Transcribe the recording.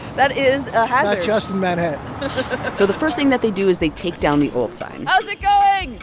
that is a hazard not just in manhattan so the first thing that they do is they take down the old sign how's it going?